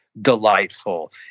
delightful